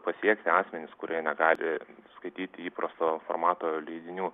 pasiekti asmenis kurie negali skaityti įprasto formato leidinių